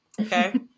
Okay